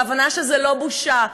בהבנה שזאת לא בושה,